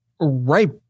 Right